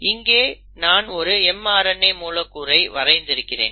இங்கே நான் ஒரு mRNA மூலக்கூறை வரைந்திருக்கிறேன்